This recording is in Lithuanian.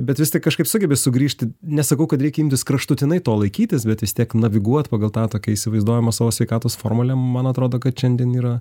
bet vis tik kažkaip sugebi sugrįžti nesakau kad reikia imtis kraštutinai to laikytis bet vis tiek naviguot pagal tą tokią įsivaizduojamą savo sveikatos formulę man atrodo kad šiandien yra